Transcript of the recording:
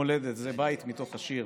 מולדת" זה בית מתוך השיר,